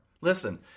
Listen